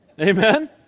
Amen